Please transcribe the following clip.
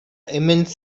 immense